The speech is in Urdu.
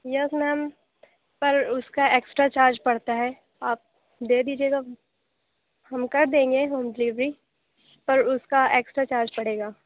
یس میم پر اُس کا اکسٹرا چارج پڑتا ہے آپ دے دیجیے گا ہم کردیں گے ہوم ڈلیوری پر اُس کا اکسٹرا چارج پڑے گا